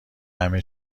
همه